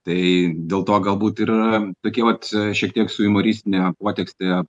tai dėl to galbūt ir yra tokie vat e šiek tiek su jumoristine potekste